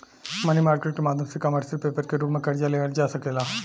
मनी market के माध्यम से कमर्शियल पेपर के रूप में कर्जा लिहल जा सकेला